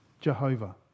Jehovah